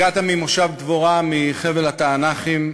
הגעת ממושב דבורה, מחבל התענכים,